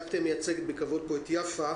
מייצגת בכבוד פה את יפה